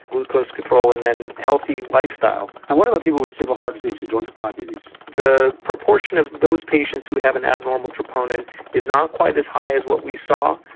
glucose control, and then healthy lifestyle. and what about people with stable heart disease who don't have diabetes? the proportion of those patients who have an abnormal troponin is not quite as high as what we saw,